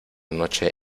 noche